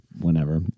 whenever